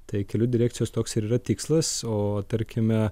tai kelių direkcijos toks ir yra tikslas o tarkime